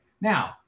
Now